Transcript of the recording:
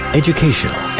educational